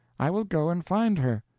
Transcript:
i will go and find her.